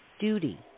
duty